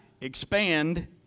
expand